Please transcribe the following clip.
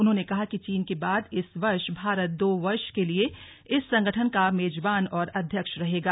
उन्होंने कहा कि चीन के बाद इस वर्ष भारत दो वर्ष के लिए इस संगठन का मेजबान और अध्यक्ष रहेगा